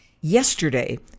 Yesterday